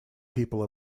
people